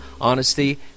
honesty